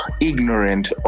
ignorant